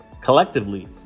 Collectively